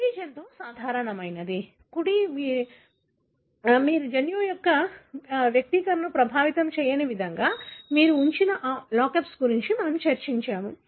ఈ జంతువు సాధారణమైనది కుడి మీరు జన్యువు యొక్క వ్యక్తీకరణను ప్రభావితం చేయని విధంగా మీరు ఉంచిన ఆ loxP గురించి మనము చర్చించాము